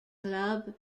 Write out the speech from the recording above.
club